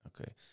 Okay